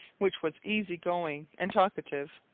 which was easy-going and talkative.